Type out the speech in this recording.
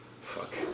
Fuck